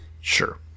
Sure